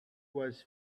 was